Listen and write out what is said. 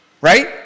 Right